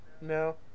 No